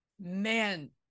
man